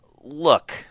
look